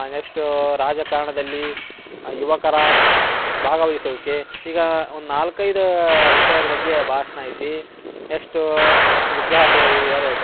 next ರಾಜಕಾರಣದಲ್ಲಿ ಯುವಕರ ಭಾಗವಹಿಸುವಿಕೆ ಈಗ ಒಂದು ನಾಲ್ಕೈದು ವಿಷಯದ ಬಗ್ಗೆ ಭಾಷಣ ಐತಿ ನೆಕ್ಸ್ಟೂ ನೆಕ್ಸ್ಟ್ ವಿಗ್ರಹತೆ ಯಾವುದು